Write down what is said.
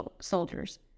soldiers